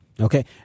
Okay